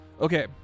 Okay